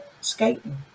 skating